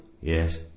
Yes